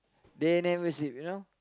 they never sleep you know